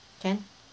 can